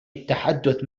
التحدث